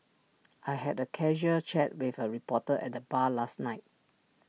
I had A casual chat with A reporter at the bar last night